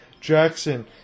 Jackson